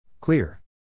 Clear